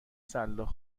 سلاخ